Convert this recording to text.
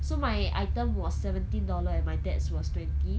so my item was seventeen dollar and my dad's was twenty